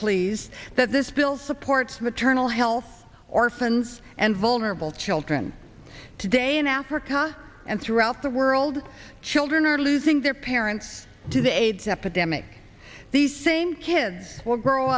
pleased that this bill supports maternal health orphans and vulnerable children today in africa and throughout the world children are losing their parents to the aids epidemic these same kids